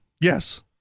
Yes